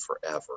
forever